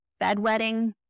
Bedwetting